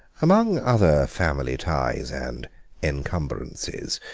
among other family ties and encumbrances,